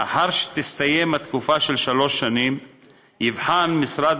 לאחר סיום התקופה של שלוש השנים יבחן משרד